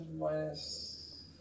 minus